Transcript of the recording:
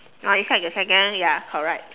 or inside the second ya correct